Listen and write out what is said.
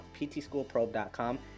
ptschoolprobe.com